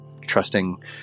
trusting